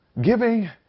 giving